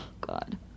God